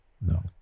no